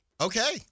Okay